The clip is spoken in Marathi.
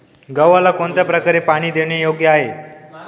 गव्हाला कोणत्या प्रकारे पाणी देणे योग्य आहे?